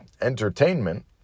entertainment